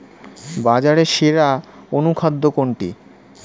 বাজারে সেরা অনুখাদ্য কোনটি?